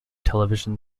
television